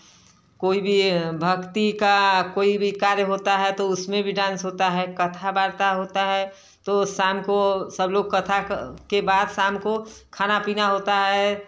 कोई भी भक्ति का कोई भी कार्य होता है तो उसमें भी डांस होता है कथा वार्ता होता है तो शाम को सब लोग कथा के बाद शाम को खाना पीना होता है